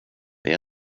det